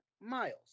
miles